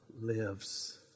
lives